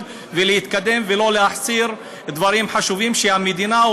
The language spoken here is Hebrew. ולהתקדם ולא להחסיר דברים חשובים שהמדינה,